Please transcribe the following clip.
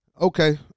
Okay